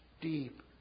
deep